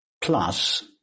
plus